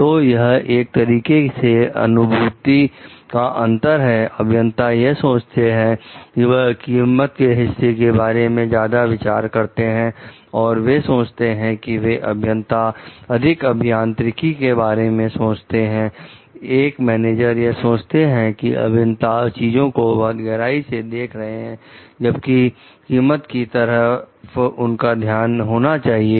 तो यह 1 तरीके से अनुभूति का अंतर है अभियंता यह सोचते हैं कि वह कीमत के हिस्से के बारे में ज्यादा विचार करते हैं और वे सोचते हैं कि वे अभियंता अधिक अभियांत्रिकी के बारे में सोचते हैं एक मैनेजर यह सोचते हैं कि अभियंता चीजों को बहुत गहराई से देख रहे हैं जबकि कीमत की तरफ उनका ध्यान होना चाहिए